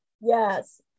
Yes